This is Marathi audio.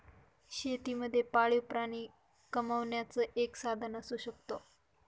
शेती मध्ये पाळीव प्राणी कमावण्याचं एक साधन असू शकतो